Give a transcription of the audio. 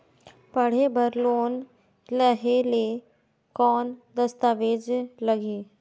पढ़े बर लोन लहे ले कौन दस्तावेज लगही?